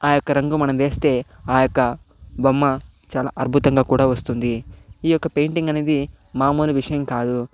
ఆ యొక్క రంగు మనం వేస్తే ఆ యొక్క బొమ్మ చాలా అద్భుతంగా కూడా వస్తుంది ఈ యొక్క పెయింటింగ్ అనేది మామూలు విషయం కాదు